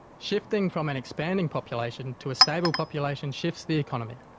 shifting from an expanding population to a stable population shifts the economy.